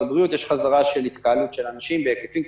הבריאות יש חזרה של התקהלות של אנשים בהיקפים,